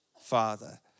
Father